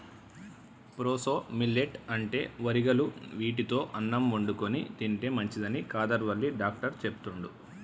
proso millet అంటే వరిగలు వీటితో అన్నం వండుకొని తింటే మంచిదని కాదర్ వల్లి డాక్టర్ చెపుతండు